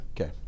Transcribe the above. Okay